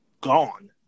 gone